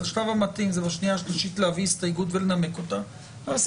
השלב המתאים להביא הסתייגות ולנמק אותה הוא בשנייה-שלישית.